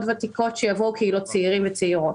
וותיקות שיבואו קהילות צעירים וצעירות,